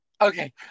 okay